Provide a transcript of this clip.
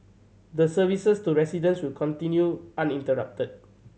the services to residents will continue uninterrupted